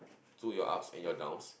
through your ups and your downs